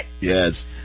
Yes